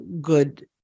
good